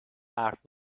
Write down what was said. حرف